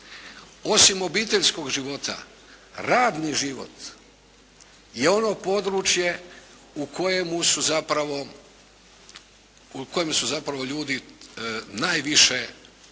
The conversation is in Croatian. Osim obiteljskog života radni život je ono područje u kojemu su zapravo ljudi najviše prisutni